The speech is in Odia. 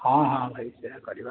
ହଁ ହଁ ଭାଇ ସେଇଆ କରିବା ଆଉ କରିବା